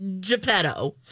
Geppetto